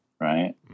right